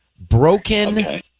Broken